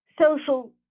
social